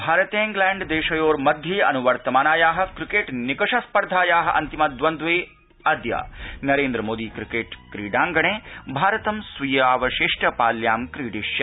भारतेंग्लैण्ड देशयो मध्ये अनुवर्तमानाया क्रिकेट् निकषस्पर्धाया अन्तिमद्वन्द्वे अद्य नरेन्द्र मोदी क्रिकेट् क्रीडांगणे भारतं स्वीयावशिष्ट पाल्यां क्रीडिष्यति